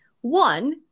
One